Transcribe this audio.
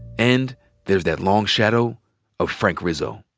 and there's that long shadow of frank rizzo.